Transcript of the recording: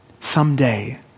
Someday